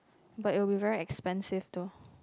but it will be very expensive though